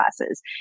classes